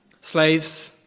Slaves